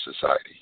society